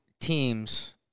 teams